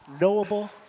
knowable